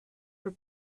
for